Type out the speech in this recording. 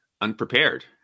unprepared